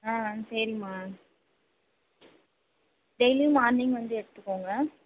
ஆ சரிமா டெய்லியும் மார்னிங் வந்து எடுத்துக்கோங்க